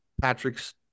Patrick's